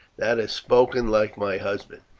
that is spoken like my husband.